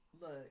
look